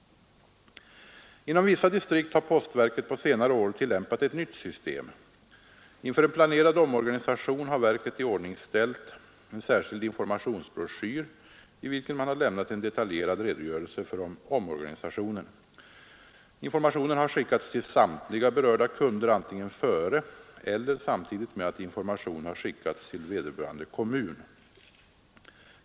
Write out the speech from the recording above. Inom vissa distrikt har postverket på senare år tillämpat ett nytt system. Inför en planerad omorganisation har verket iordningsställt en särskild informationsbroschyr i vilken man har lämnat en detaljerad redogörelse för omorganisationen. Informationen har skickats till samtliga berörda kunder antingen före eller samtidigt med att information har skickats till vederbörande kommun.